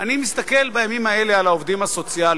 אני מסתכל בימים האלה על העובדים הסוציאליים,